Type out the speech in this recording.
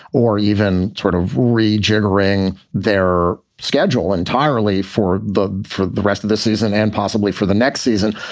or even sort of rejiggering their schedule entirely for the for the rest of the season and possibly for the next season.